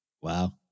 Wow